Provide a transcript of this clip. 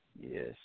yes